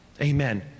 Amen